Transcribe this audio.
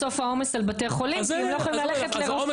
בסוף העומס על בתי חולים כי הם לא יכולים ללכת לרופא.